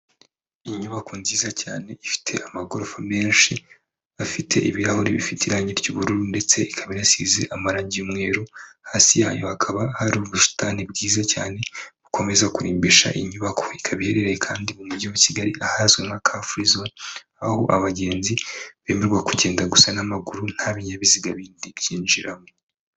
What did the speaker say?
Inyubako nziza cyane ifite amagorofa menshi, afite ibirahure bifite irangi ry'ubururu ndetse ikaba inasize amarange y'umweru, hasi hayo hakaba hari ubusitani bwiza cyane bukomeza kurimbisha iyi nyubako, ikaba iherereye kandi mu Mujyi wa Kigali ahazwi nka kafuri zone, aho abagenzi bemererwa kugenda gusa n'amaguru nta binyabiziga bindi byinjiramo.